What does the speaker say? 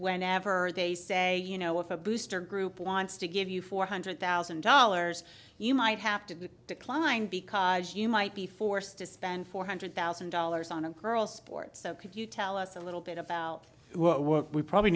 whenever they say you know if a booster group wants to give you four hundred thousand dollars you might have to decline because you might be forced to spend four hundred thousand dollars on a girl sports so could you tell us a little bit about what we probably